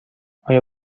آیا